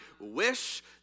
wish